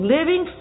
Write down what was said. Living